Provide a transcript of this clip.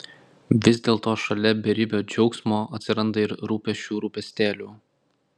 vis dėlto šalia beribio džiaugsmo atsiranda ir rūpesčių rūpestėlių